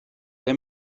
ble